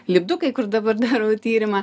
lipdukai kur dabar darau tyrimą